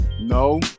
No